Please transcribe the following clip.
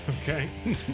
Okay